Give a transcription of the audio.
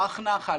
בא"ח נח"ל,